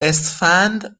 اسفند